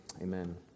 Amen